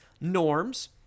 norms